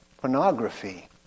pornography